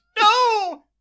no